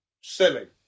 Silly